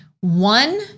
One